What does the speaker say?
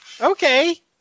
Okay